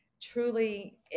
truly